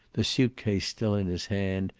the suitcase still in his hand,